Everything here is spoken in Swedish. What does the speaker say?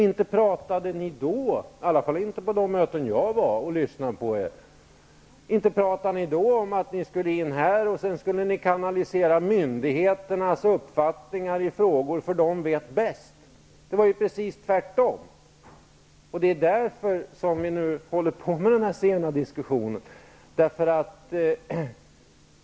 Inte pratade ni då -- i alla fall inte på de möten då jag lyssnade på er -- om att ni skulle in i riksdagen för att sedan kanalisera myndigheternas uppfattning i olika frågor eftersom de vet bäst. Det var precis tvärtom. Det är därför som vi nu håller på med den här sena diskussionen.